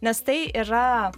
nes tai yra